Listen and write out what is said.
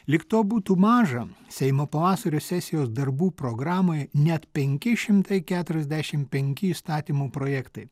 lyg to būtų maža seimo pavasario sesijos darbų programoje net penki šimtai keturiasdešim penki įstatymų projektai